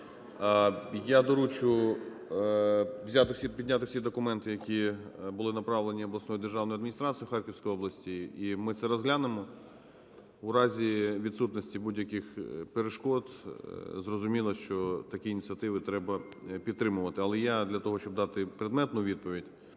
Я доручу підняти всі документи, які були направлені обласною державною адміністрацією Харківської області, і ми це розглянемо. У разі відсутності будь-яких перешкод, зрозуміло, що такі ініціативи треба підтримувати. Але я для того, щоб дати предметну відповідь,